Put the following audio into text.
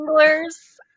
anglers